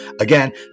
Again